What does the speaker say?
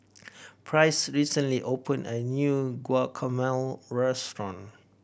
price recently opened a new Guacamole Restaurant